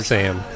Sam